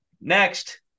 next